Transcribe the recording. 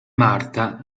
marta